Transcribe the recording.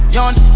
Young